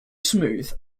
smooth